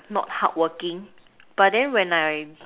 not hardworking but then when I